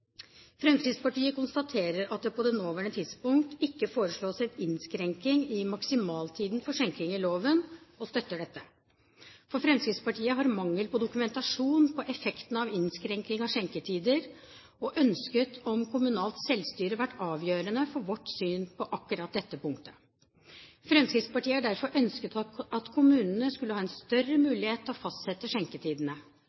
Fremskrittspartiet konstaterer at det på det nåværende tidspunkt ikke foreslås en innskrenking i maksimaltiden for skjenking i loven, og støtter dette. For Fremskrittspartiet har mangel på dokumentasjon på effektene av innskrenking av skjenketider og ønsket om kommunalt selvstyre vært avgjørende for vårt syn på akkurat dette punktet. Fremskrittspartiet har derfor ønsket at kommunene skulle ha en større